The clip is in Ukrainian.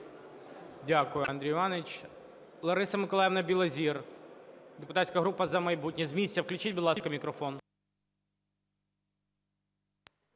Дякую.